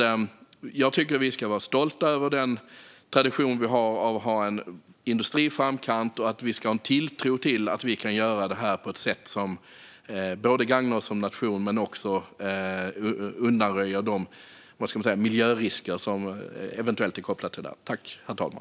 Jag tycker att vi ska vara stolta över vår tradition med en industri i framkant och att vi ska ha en tilltro till att vi kan göra detta på ett sätt som både gagnar oss som nation och undanröjer de miljörisker som eventuellt är kopplade till detta.